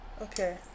Okay